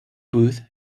booth